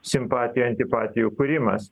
simpatijų antipatijų kūrimas